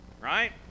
right